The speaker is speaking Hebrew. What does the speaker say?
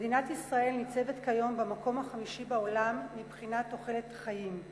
מדינת ישראל ניצבת כיום במקום החמישי בעולם מבחינת תוחלת חיים,